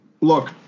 look